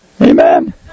Amen